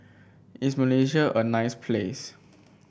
is Malaysia a nice place